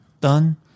Done